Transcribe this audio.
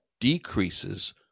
decreases